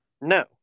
No